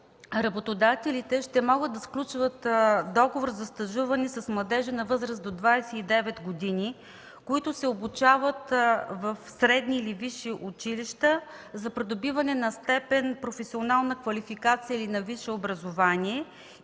работодателите ще могат да сключват договор за стажуване с младежи на възраст до 29 години, които се обучават в средни или висши училища за придобиване на степен професионална квалификация или на висше образование,